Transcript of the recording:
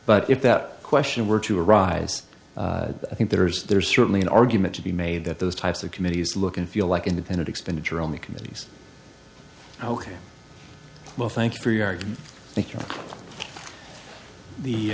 but if that question were to arise i think there's there's certainly an argument to be made that those types of committees look and feel like independent expenditure on the committees ok well thanks for your